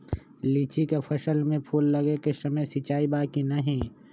लीची के फसल में फूल लगे के समय सिंचाई बा कि नही?